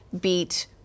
beat